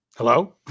Hello